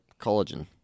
collagen